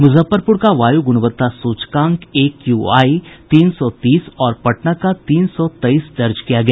मुजफ्फरपुर का वायु गुणवत्ता सूचकांक एक्यूआई तीन सौ तीस और पटना का तीन सौ तेईस दर्ज किया गया